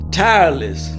tireless